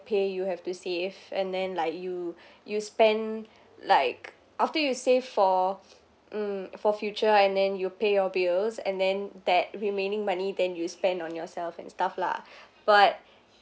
pay you have to save and then like you you spend like after you save for mm for future and then you pay your bills and then that remaining money then you spend on yourself and stuff lah but